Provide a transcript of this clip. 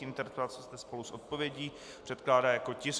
Interpelace se spolu s odpovědí předkládá jako tisk 693.